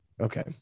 okay